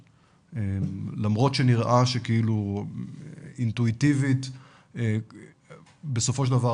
למרות שנראה שכאילו אינטואיטיבית בסופו של דבר